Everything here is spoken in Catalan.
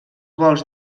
vols